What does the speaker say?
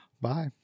Bye